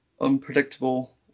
unpredictable